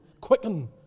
Quicken